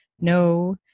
no